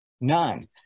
None